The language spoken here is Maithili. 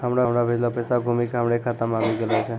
हमरो भेजलो पैसा घुमि के हमरे खाता मे आबि गेलो छै